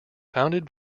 founded